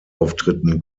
auftritten